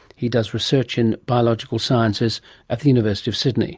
he does research in biological sciences at the university of sydney.